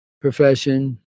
profession